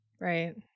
right